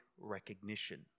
recognition